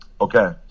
Okay